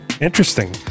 interesting